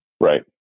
Right